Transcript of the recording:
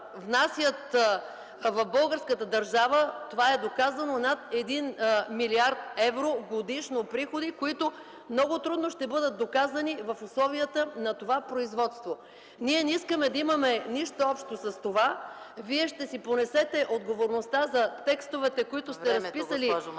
внасят в българската държава (това е доказано) приходи над милиард евро годишно, които много трудно ще бъдат доказани в условията на това производство? Ние не искаме да имаме нищо общо с това. Вие ще си понесете отговорността за текстовете, които сте разписали